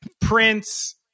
Prince